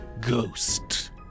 ghost